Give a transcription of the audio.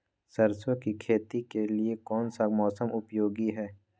सरसो की खेती के लिए कौन सा मौसम उपयोगी है?